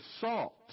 salt